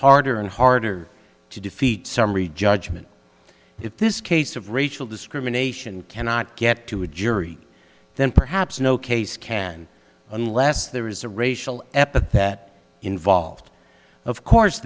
harder and harder to defeat summary judgment if this case of racial discrimination cannot get to a jury then perhaps no case can unless there is a racial epithet involved of course